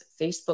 Facebook